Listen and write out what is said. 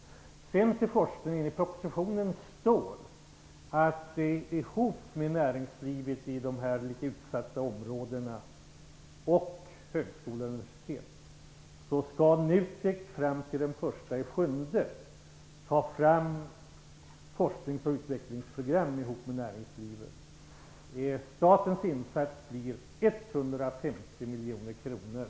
Sedan till forskningen. I propositionen står det att NUTEK inom de här litet utsatta områdena fram till den 1 juli skall ta fram forsknings och utvecklingsprogram tillsammans med näringslivet, högskolor och universitet. Statens insats blir 150 miljoner kronor.